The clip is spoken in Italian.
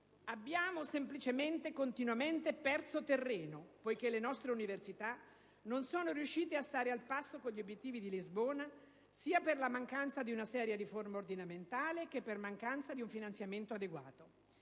abbiamo continuamente perso terreno poiché le nostre università non sono riuscite a stare al passo con gli obiettivi di Lisbona, sia per la mancanza di una seria riforma ordinamentale, che per mancanza di finanziamenti adeguati.